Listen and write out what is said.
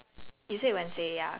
yes very very good